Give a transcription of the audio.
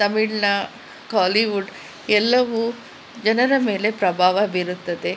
ತಮಿಳಿನ ಕಾಲಿವುಡ್ ಎಲ್ಲವೂ ಜನರ ಮೇಲೆ ಪ್ರಭಾವ ಬೀರುತ್ತದೆ